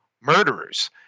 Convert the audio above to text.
murderers